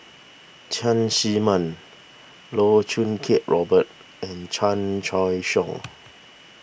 Cheng Man Loh Choo Kiat Robert and Chan Choy Siong